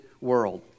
world